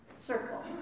circle